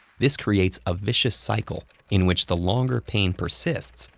this creates a vicious cycle in which the longer pain persists,